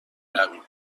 رویم